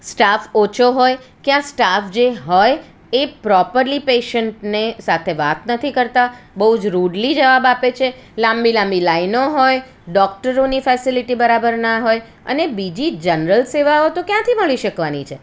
staff ઓછો હોય ક્યાં સ્ટાફ જે હોય એ પ્રોપરલી પેશન્ટને સાથે વાત નથી કરતાં બહુ જ રુડલી જવાબ આપે છે લાંબી લાંબી લાઈનો હોય ડોકટરોની ફેસીલીટી બરાબર ના હોય અને બીજી જનરલ સેવાઓ તો ક્યાંથી મળી શકવાની છે